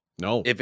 No